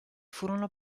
furono